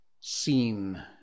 seen